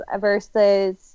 versus